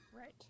Right